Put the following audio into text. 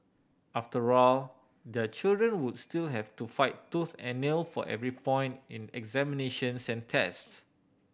after all their children would still have to fight tooth and nail for every point in examinations and tests